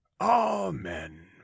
amen